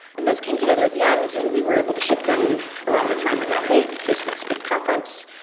and those came together at the end and we were able to ship them around the time of f eight, facebook's big conference.